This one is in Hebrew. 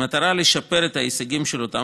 המטרה היא לשפר את ההישגים של אותם